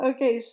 Okay